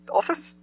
office